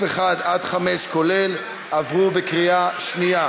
סעיפים 1 5 כולל עברו בקריאה שנייה